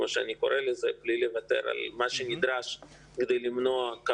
בלי לוותר על מה שנדרש כדי למנוע עד